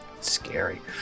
Scary